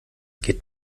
geht